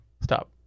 Stop